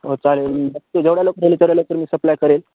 हो चालेल नक्की जेवढ्या लवकर होइल तेवढ्या लवकर मी सप्लाय करेल